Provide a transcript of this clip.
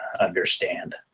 understand